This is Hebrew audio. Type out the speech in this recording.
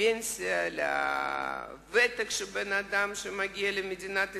לפנסיה, לוותק של אדם שמגיע למדינת ישראל,